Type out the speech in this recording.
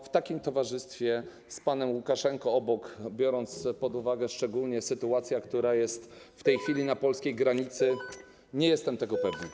W takim towarzystwie, z panem Łukaszenką obok, biorąc pod uwagę szczególnie sytuację, która jest w tej chwili na polskiej granicy - nie jestem tego pewny.